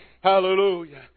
Hallelujah